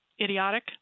idiotic